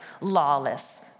lawless